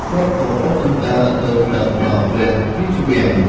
គាត់ក៏អូសជណ្ដើរទៅប្ដឹងដល់ព្រះរាជវាំង។